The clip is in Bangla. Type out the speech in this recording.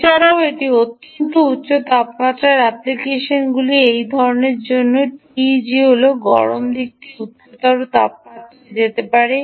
এছাড়াও এটি অত্যন্ত উচ্চ তাপমাত্রার অ্যাপ্লিকেশনগুলির এই ধরণের জন্য টিজিগুলি হল গরম দিকটি উচ্চতর তাপমাত্রায় যেতে পারে